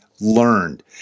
learned